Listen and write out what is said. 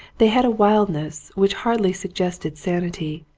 they had a wildness which hardly sug gested sanity.